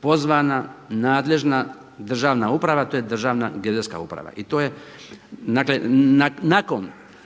pozvana, nadležna, državna uprava a to je Državna geodetska uprava.